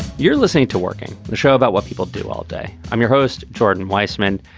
you're listening to working the show about what people do all day. i'm your host. jordan weisman.